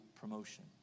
promotion